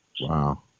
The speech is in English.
Wow